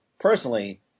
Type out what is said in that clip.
personally